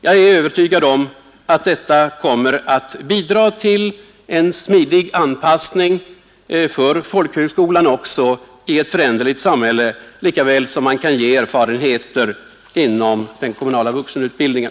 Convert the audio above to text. Jag är övertygad om att detta också kommer att bidra till en smidig anpassning av folkhögskolan i ett föränderligt samhälle, lika väl som det kan ge erfarenheter inom den kommunala vuxenutbildningen.